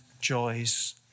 joys